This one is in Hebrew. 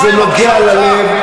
זה נוגע ללב.